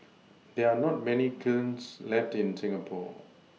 there are not many kilns left in Singapore